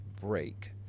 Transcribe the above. break